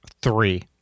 Three